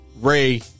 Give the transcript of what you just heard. Ray